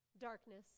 darkness